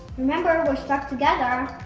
remember we're stuck together and